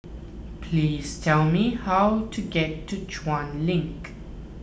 please tell me how to get to Chuan Link